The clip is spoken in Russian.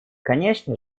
конечно